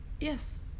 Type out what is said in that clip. Yes